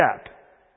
step